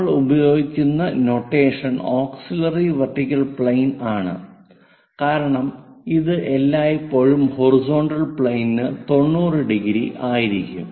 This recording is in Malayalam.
നമ്മൾ ഉപയോഗിക്കുന്ന നൊട്ടേഷൻ ഓക്സിലിയറി വെർട്ടിക്കൽ പ്ലെയിൻ ആണ് കാരണം ഇത് എല്ലായ്പ്പോഴും ഹൊറിസോണ്ടൽ പ്ലെയിനിന് 90 ഡിഗ്രി ആയിരിക്കും